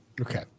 Okay